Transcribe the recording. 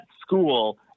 school